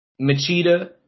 Machida